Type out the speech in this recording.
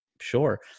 sure